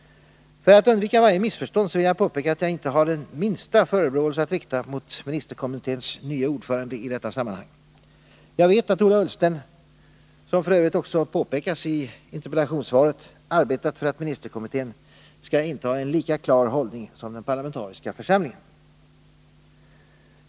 För att undvika varje missförstånd vill jag påpeka att jag i detta sammanhang inte har den minsta förebråelse att rikta mot ministerkommitténs nye ordförande. Jag vet att Ola Ullsten — och det sägs f. ö. också i interpellationssvaret — arbetat för att ministerkommittén skall inta en lika klar hållning som den parlamentariska församlingen.